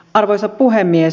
arvoisa puhemies